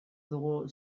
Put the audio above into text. dugu